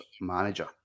manager